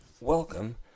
Welcome